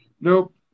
Nope